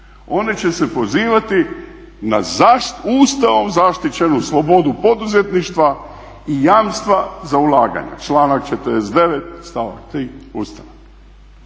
One će se pozivati na Ustavom zaštićeno slobodu poduzetništva i jamstva za ulaganja članak 49.stavak 3. Ustava.